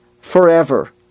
forever